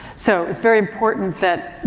so, it's very important that,